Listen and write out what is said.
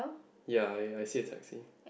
ya I I see a taxi